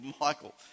Michael